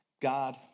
God